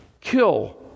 kill